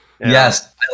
Yes